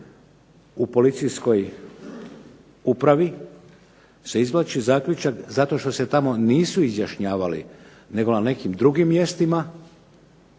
u policijskoj upravi, se izvlači zaključak, zato što se tamo nisu izjašnjavali, nego na nekim drugim mjestima